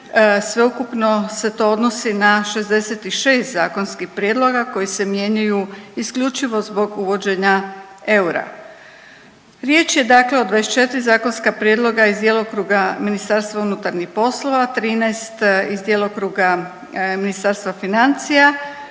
sveukupno se to odnosi na 66 zakonskih prijedloga koji se mijenjaju isključivo zbog uvođenja eura. Riječ je dakle o 24 zakonska prijedloga iz djelokruga MUP-a, 13 iz djelokruga Ministarstva financija